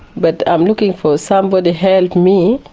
but i'm looking for somebody to help me.